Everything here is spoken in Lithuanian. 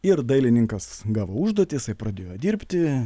ir dailininkas gavo užduotį jisai pradėjo dirbti